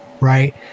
right